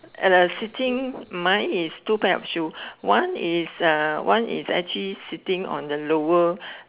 uh sitting mine is two pair of shoes one is uh one is actually sitting on the lower